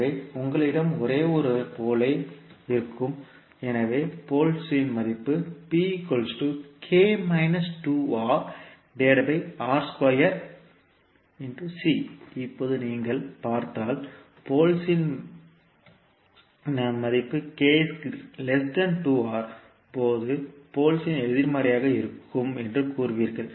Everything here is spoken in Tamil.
எனவே உங்களிடம் ஒரே ஒரு போலே இருக்கும் எனவே போல்ஸ் இன் மதிப்பு இப்போது நீங்கள் பார்த்தால் போல்ஸ் இன் இந்த மதிப்பு போது போல்ஸ் எதிர்மறையாக இருக்கும் என்று கூறுவீர்கள்